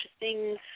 interesting